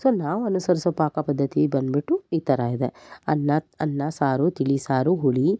so ನಾವು ಅನುಸರಿಸೋ ಪಾಕಪದ್ಧತಿ ಬಂದ್ಬಿಟ್ಟು ಈ ಥರ ಇದೆ ಅನ್ನ ಅನ್ನ ಸಾರು ತಿಳಿಸಾರು ಹುಳಿ